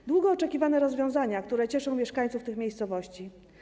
To długo oczekiwane rozwiązana, które cieszą mieszkańców tych miejscowości.